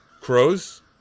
crows